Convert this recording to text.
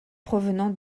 provenant